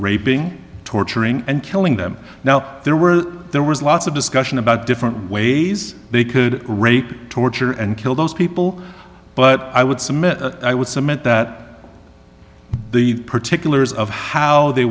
raping torturing and killing them now there were there was lots of discussion about different ways they could rape torture and kill those people but i would submit i would submit that the particulars of how they